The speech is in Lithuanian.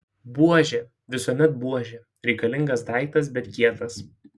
buožė visuomet buožė reikalingas daiktas bet kietas